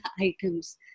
items